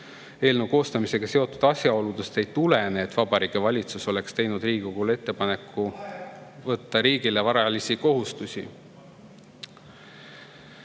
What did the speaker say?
eelnõu koostamisega seotud asjaoludest ei tulene, et Vabariigi Valitsus oleks teinud Riigikogule ettepaneku võtta riigile varalisi kohustusi.